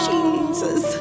Jesus